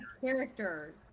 character